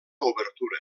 obertura